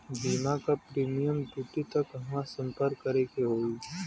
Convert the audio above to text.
बीमा क प्रीमियम टूटी त कहवा सम्पर्क करें के होई?